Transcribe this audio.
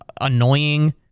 annoying